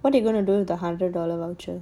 what do you gonna do with the hundred dollar voucher